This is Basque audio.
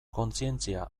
kontzientzia